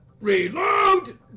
reload